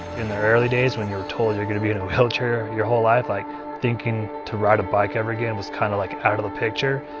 in the early days, when you were told you're gonna be in and a wheelchair your whole life, like thinking to ride a bike ever again was kind of like out of the picture,